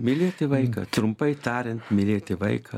mylėti vaiką trumpai tariant mylėti vaiką